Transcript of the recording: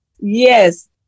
yes